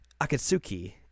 Akatsuki